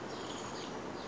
where you go to have your lunch